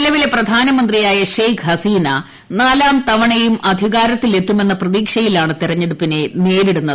നിലവിലെ പ്രധാനമന്ത്രിയായ ഷെയ്ഖ് ഹസീന നാലാം തവണയും അധികാരത്തിലെത്തുമെന്ന പ്രതീക്ഷയിലാണ് തെരഞ്ഞെടുപ്പിനെ നേരിടുന്നത്